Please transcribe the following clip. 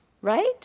right